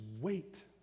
wait